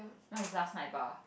<UNK? is last night [bah]